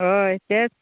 हय तेंच